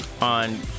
on